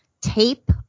tape